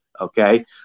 okay